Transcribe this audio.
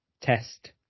test